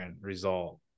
result